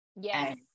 yes